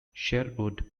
sherwood